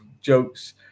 jokes